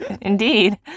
Indeed